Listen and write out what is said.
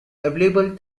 available